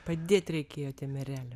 padėt reikėjo tiem ereliam